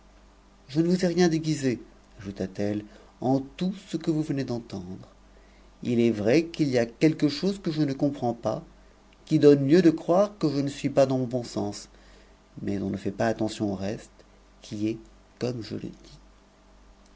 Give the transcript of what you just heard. je ne vous ai rien déguisé ajouta-t-elle en tout que vous venez d'entendre il est vrai qu'il y a quelque chose que je comprends pas qui donne lieu de croire que je ne suis pas dans n bon sens mais on ne fait pas attention au reste qui est comme je icd's e